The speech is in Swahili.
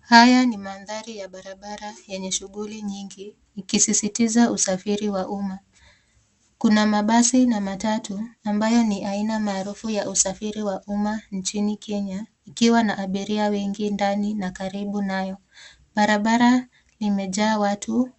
Haya ni mandhari ya barabara yenye shughuli nyingi ikisisitiza usafiri wa umma. Kuna mabasi na matatu ambayo ni aina maarufu ya usafiri wa umma nchini Kenya ikiwa na abiria wengi ndani na karibu nayo. BArabara limejaa watu